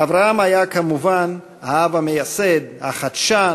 אברהם היה כמובן האב המייסד, החדשן,